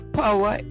power